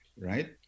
right